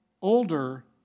Older